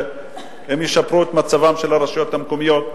שהן ישפרו את מצבן של הרשויות המקומיות?